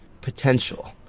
potential